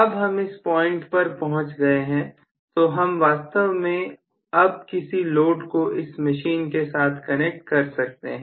अब हम इस पॉइंट पर पहुंच गए हैं तो हम वास्तव में अब किसी लोड को इस मशीन के साथ कनेक्ट कर सकते हैं